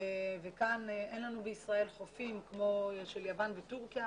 כאן אין לנו בישראל חופים כמו של יוון ותורכיה